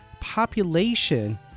population